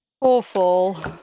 Awful